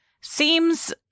Seems